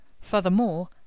Furthermore